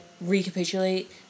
recapitulate